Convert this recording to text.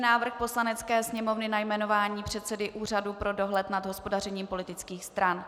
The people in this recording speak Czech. Návrh Poslanecké sněmovny na jmenování předsedy Úřadu pro dohled nad hospodařením politických stran